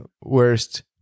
Worst